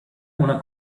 una